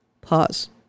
Pause